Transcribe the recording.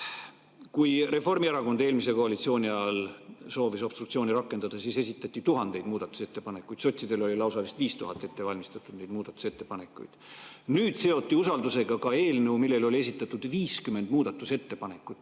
Kui Reformierakond eelmise koalitsiooni ajal soovis obstruktsiooni rakendada, siis esitati tuhandeid muudatusettepanekuid. Sotsidel oli ette valmistatud vist lausa 5000 muudatusettepanekut. Nüüd seoti usaldusega ka eelnõu, millele oli esitatud 50 muudatusettepanekut,